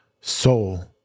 soul